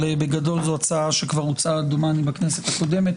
אבל בגדול זאת הצעה שכבר הוצעה בכנסת הקודמת